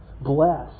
Bless